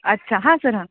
अच्छा हां सर हां